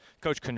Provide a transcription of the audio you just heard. Coach